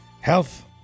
health